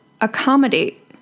accommodate